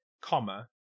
comma